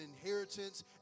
inheritance